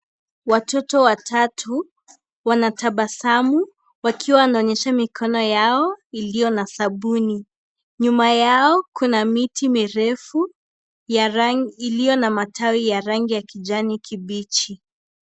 Watoto watatu wanatabasamu wakiwa wanaonyesha mikono yao iliyo na sabuni, nyuma yao kuna miti mirefu iliyo na rangi ya kijani kibichi.